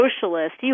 socialist